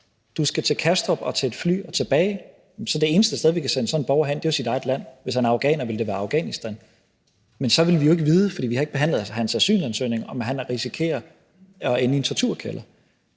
skal til Kastrup og på et fly og tilbage, så er det eneste sted, vi kan sende sådan en borger hen, til vedkommendes eget land; hvis han var afghaner, ville det være Afghanistan. Men så ville vi jo ikke vide – for vi har ikke behandlet hans asylansøgning – om han ville risikere at ende i en torturkælder.